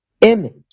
image